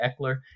Eckler